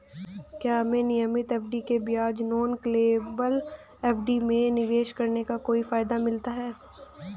क्या हमें नियमित एफ.डी के बजाय नॉन कॉलेबल एफ.डी में निवेश करने का कोई फायदा मिलता है?